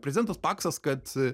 prezidentas paksas kad